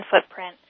footprint